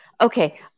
Okay